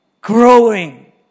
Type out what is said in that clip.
growing